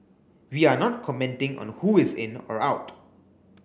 we are not commenting on who is in or out